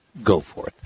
Goforth